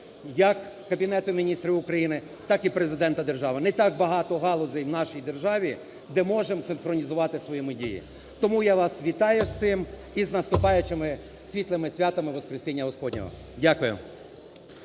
як Кабінету Міністрів України, так і Президента держави. Не так багато галузей в нашій державі, де можемо синхронізувати свої ми дії. Тому я вас вітаю з цим і з наступаючими світлими святами Воскресіння Господня. Дякую.